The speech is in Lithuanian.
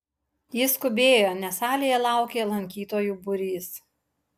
jis skubėjo nes salėje laukė lankytojų būrys